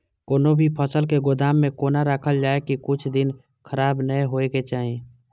कोनो भी फसल के गोदाम में कोना राखल जाय की कुछ दिन खराब ने होय के चाही?